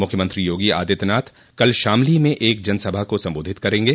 मुख्यमंत्री योगी आदित्यनाथ कल शामली में एक जनसभा को सम्बोधित करेंगे